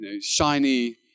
shiny